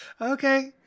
Okay